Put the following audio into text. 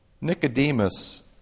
Nicodemus